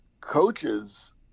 coaches